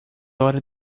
hora